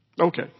Okay